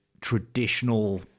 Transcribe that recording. traditional